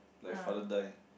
like father die